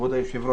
כבוד היושב ראש,